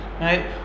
right